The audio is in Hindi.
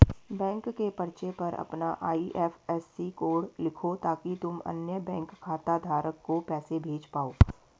बैंक के पर्चे पर अपना आई.एफ.एस.सी कोड लिखो ताकि तुम अन्य बैंक खाता धारक को पैसे भेज पाओ